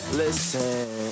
listen